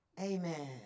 Amen